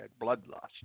bloodlust